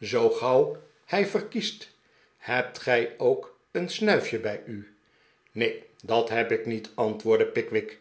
zoo gauw hij verkiest hebt gij ook een snuifje bij u neen dat heb ik niet antwoordde pickwick